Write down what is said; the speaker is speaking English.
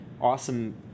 awesome